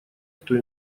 кто